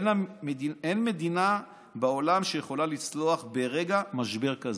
אין מדינה בעולם שיכולה לצלוח ברגע משבר כזה.